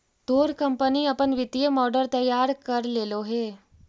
तोर कंपनी अपन वित्तीय मॉडल तैयार कर लेलो हे?